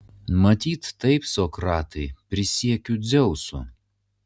matyt taip sokratai prisiekiu dzeusu